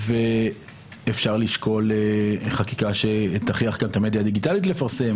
אפשר לשקול חקיקה שתכריח את המדיה הדיגיטלית לפרסם